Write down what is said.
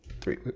three